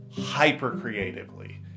hyper-creatively